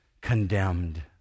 condemned